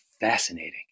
fascinating